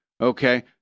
Okay